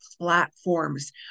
platforms